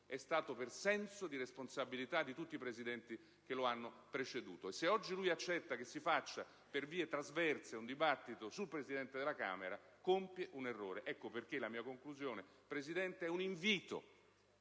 è stato per senso di responsabilità di tutti i Presidenti che lo hanno preceduto, e se oggi lui accetta che si faccia per vie traverse un dibattito sul Presidente della Camera compie un errore. In conclusione, signora Presidente, vorrei